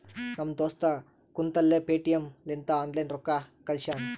ನಮ್ ದೋಸ್ತ ಕುಂತಲ್ಲೇ ಪೇಟಿಎಂ ಲಿಂತ ಆನ್ಲೈನ್ ರೊಕ್ಕಾ ಕಳ್ಶ್ಯಾನ